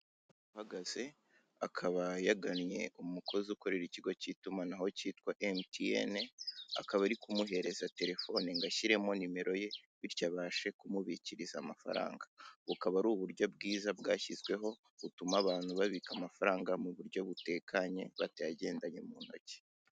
Uhagaze akaba yagannye umukozi ukorera ikigo k'itumanaho kitwa emutiyeni, akaba ari kumuha terefone ngo ashyiremo nimero bityo abashe kumubikiriza amafaranga bukaba ari uburyo bwiza bwashyizweho butuma abantu babika amafaramga mu buryo butekanye batayagendanye mu ntoki.